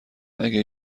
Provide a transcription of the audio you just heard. اگه